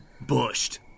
bushed